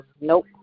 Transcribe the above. nope